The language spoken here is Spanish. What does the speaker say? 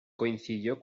coincidió